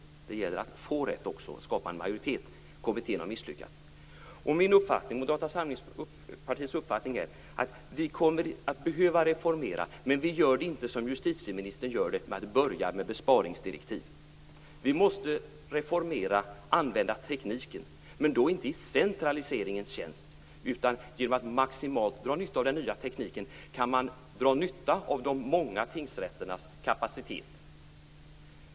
Det gäller att få rätt också, att skapa en majoritet. Kommittén har misslyckats. Min uppfattning, och Moderata samlingspartiets uppfattning, är att vi kommer att behöva reformera. Men vi gör det inte, som justitieministern, genom att börja med besparingsdirektiv. Vi måste reformera. Vi måste använda tekniken - men då inte i centraliseringens tjänst. Genom att maximalt utnyttja den nya tekniken kan man dra nytta av de många tingsrätternas kapacitet.